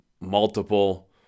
multiple